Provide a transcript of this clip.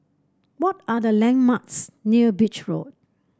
what are the landmarks near Beach Road